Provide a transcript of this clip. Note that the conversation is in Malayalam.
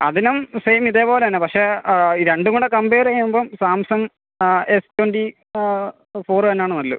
അതിനും സെയിം ഇതേപോലെ തന്നെ പക്ഷേ ഈ രണ്ടും കൂടെ കംപെയർ ചെയ്യുമ്പം സാംസങ് എസ് ട്വൻ്റീ ഫോറ് തന്നെയാണ് നല്ലത്